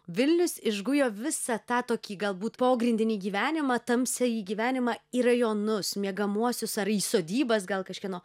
vilnius išgujo visą tą tokį galbūt pogrindinį gyvenimą tamsią į gyvenimą į rajonus miegamuosius ar į sodybas gal kažkieno